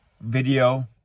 video